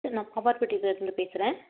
sir நான் லிருந்து பேசறேன்